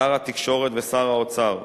שר התקשורת ושר האוצר,